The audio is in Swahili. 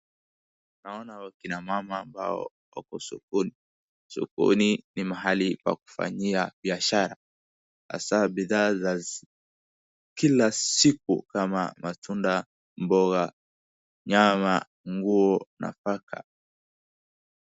Naona wa kinamama wambao wako sokoni. Sokoni ni mahali pa kufanyia biashara hasaa bidhaa za kila siku kama matunda, mboga, nyama, nguo na paka.